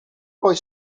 poi